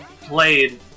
played